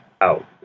out